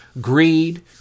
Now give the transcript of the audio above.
greed